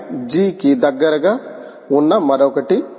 9G కి దగ్గరగా ఉన్న మరొకటి ఉంది